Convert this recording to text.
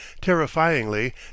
terrifyingly